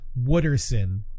Wooderson